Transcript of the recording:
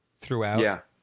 throughout